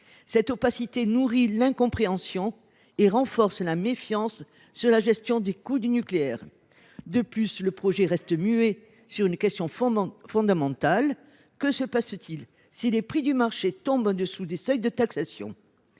telle opacité nourrit l’incompréhension et renforce la méfiance sur la gestion des coûts du nucléaire. De plus, le projet reste muet sur une question fondamentale : que se passera t il si les prix du marché tombent en dessous des seuils de taxation ?